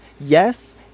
yes